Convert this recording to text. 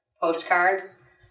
postcards